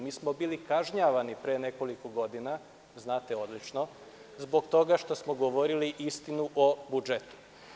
Mi smo bili kažnjavani pre nekoliko godina, znate odlično, zbog toga što smo govorili istinu o budžetu.